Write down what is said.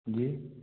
जी